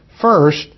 First